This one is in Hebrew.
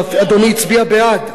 ואדוני הצביע בעד,